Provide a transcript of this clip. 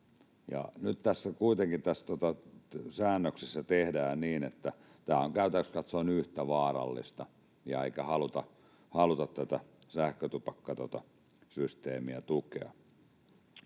Nyt tässä säännöksessä kuitenkin tehdään niin, että tämä on käytännössä katsoen yhtä vaarallista eikä haluta tätä sähkötupakkasysteemiä tukea.